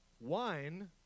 Wine